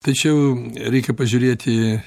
tačiau reikia pažiūrėti